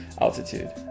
altitude